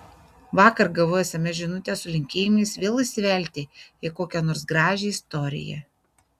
vakar gavau sms žinutę su linkėjimais vėl įsivelti į kokią nors gražią istoriją